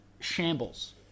shambles